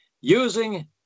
using